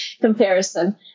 comparison